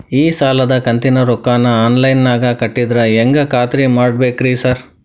ಈ ಸಾಲದ ಕಂತಿನ ರೊಕ್ಕನಾ ಆನ್ಲೈನ್ ನಾಗ ಕಟ್ಟಿದ್ರ ಹೆಂಗ್ ಖಾತ್ರಿ ಮಾಡ್ಬೇಕ್ರಿ ಸಾರ್?